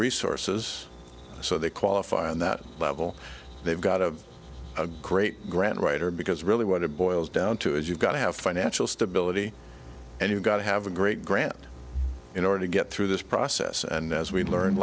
resources so they qualify on that level they've got a great grant writer because really what it boils down to is you've got to have financial stability and you've got to have a great grant in order to get through this process and as we learned